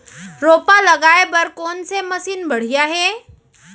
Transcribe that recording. रोपा लगाए बर कोन से मशीन बढ़िया हे?